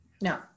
No